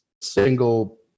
single